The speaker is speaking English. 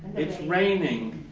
it's raining.